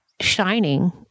shining